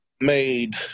made